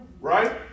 Right